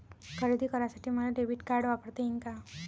खरेदी करासाठी मले डेबिट कार्ड वापरता येईन का?